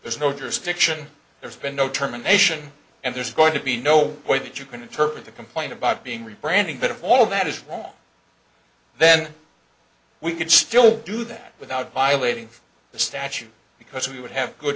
there's no jurisdiction there's been no terminations and there's going to be no way that you can interpret the complaint about being reprinting bit of all that is wrong then we could still do that without violating the statute because we would have good